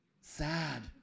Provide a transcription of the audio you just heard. Sad